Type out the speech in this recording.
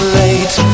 late